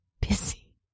busy